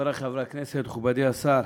חברי חברי הכנסת, מכובדי השר,